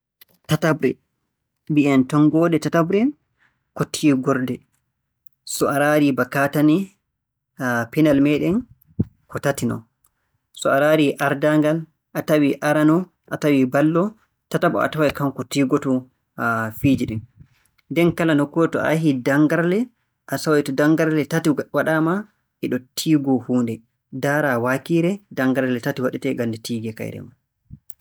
Tataɓre, mbi'en tonngoode tataɓre ko tiigorde. So a raari ba kaatane, pinal meeɗen ko tati non. So a raari ardaangal, a tawii arano, a tawii ballo, a taway tataɓo kanko tiigotoo fiiji ɗin. Nden kala nokkuure to a yahii darngalle, a taway to darngalle tati ng- waɗaama eɗo tiigoo huunde. Ndaara waakiire darngalle tati waɗetee ngam nde tiigee kayre maa.